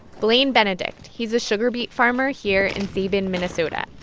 blane benedict, he's a sugar beet farmer here in sabin, minn. so but